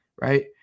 right